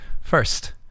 first